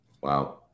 Wow